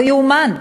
לא יאומן,